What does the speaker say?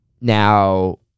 Now